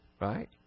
Right